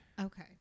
Okay